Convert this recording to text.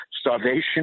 starvation